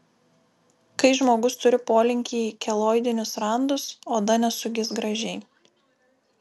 kai žmogus turi polinkį į keloidinius randus oda nesugis gražiai